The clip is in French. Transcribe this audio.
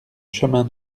chemin